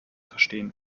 verstehen